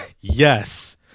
Yes